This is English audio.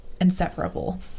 inseparable